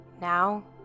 Now